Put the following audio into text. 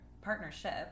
partnership